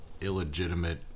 illegitimate